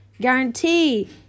guarantee